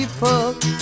people